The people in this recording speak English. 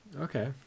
Okay